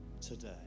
today